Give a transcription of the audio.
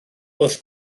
wrth